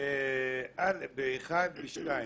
ב-1 ו-2.